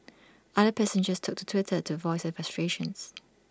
other passengers took to Twitter to voice their frustrations